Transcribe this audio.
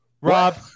Rob